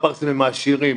הפרסים הם עשירים,